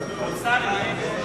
נתקבלה.